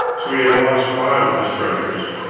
so he had lost five of his treasures